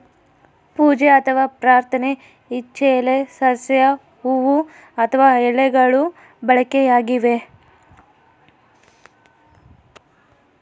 ಪೂಜೆ ಅಥವಾ ಪ್ರಾರ್ಥನೆ ಇಚ್ಚೆಲೆ ಸಸ್ಯ ಹೂವು ಅಥವಾ ಎಲೆಗಳು ಬಳಕೆಯಾಗಿವೆ